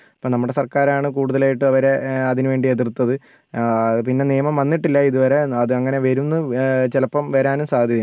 അപ്പോൾ നമ്മുടെ സരക്കാരാണ് കൂടുതലായിട്ടും അവരെ അതിനു വേണ്ടി എതിർത്തത് പിന്നെ നിയമം വന്നിട്ടില്ല ഇതുവരെ അത് അങ്ങനെ വരുംന്ന് ചിലപ്പം വരാനും സാധ്യതയുണ്ട്